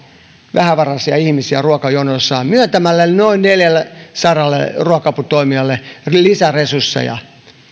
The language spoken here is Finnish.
vähävaraisia ihmisiä ruokajonoissa myöntämällä noin neljällesadalle ruoka aputoimijalle lisäresursseja